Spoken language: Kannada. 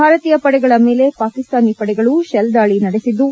ಭಾರತೀಯ ಪಡೆಗಳ ಮೇಲೆ ಪಾಕಿಸ್ತಾನಿ ಪಡೆಗಳು ಶೆಲ್ ದಾಳಿ ನಡೆಸಿದ್ದು